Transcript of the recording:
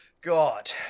God